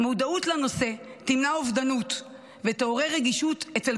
מודעות לנושא תמנע אובדנות ותעורר רגישות אצל